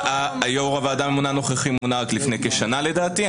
יו"ר הוועדה הממונה הנוכחי מונה רק לפני כשנה לדעתי.